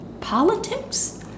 politics